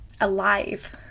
alive